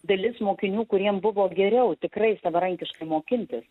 dalis mokinių kuriem buvo geriau tikrai savarankiškai mokintis